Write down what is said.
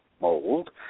mold